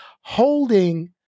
holding